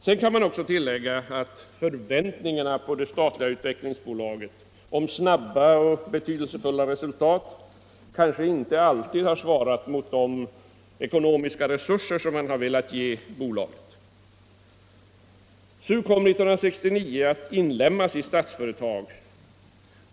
Sedan kan man väl också tillägga, att förväntningarna på det statliga utvecklingsbolaget om snabba och betydelsefulla resultat kanske inte alltid svarat mot de ekonomiska resurser som man velat ge bolaget. Svenska Utvecklingsaktiebolaget kom 1969 att inlemmas i Statsföretag AB.